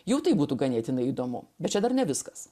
jau tai būtų ganėtinai įdomu bet čia dar ne viskas